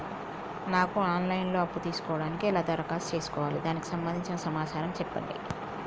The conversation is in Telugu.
నాకు ఆన్ లైన్ లో అప్పు తీసుకోవడానికి ఎలా దరఖాస్తు చేసుకోవాలి దానికి సంబంధించిన సమాచారం చెప్పండి?